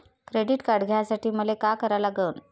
Credit card घ्यासाठी मले का करा लागन?